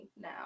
now